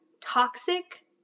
toxic